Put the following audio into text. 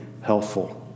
helpful